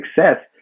success